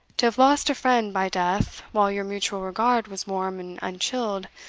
to have lost a friend by death while your mutual regard was warm and unchilled,